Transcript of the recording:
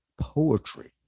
poetry